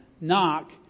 Knock